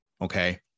okay